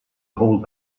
hold